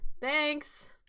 thanks